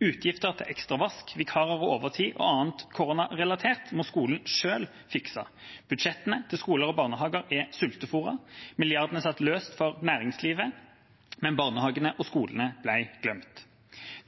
Utgifter til ekstra vask, vikarer, overtid og annet koronarelatert må skolen selv fikse. Budsjettene til skoler og barnehager er sulteforet. Milliardene satt løst for næringslivet, men barnehagene og skolene ble glemt.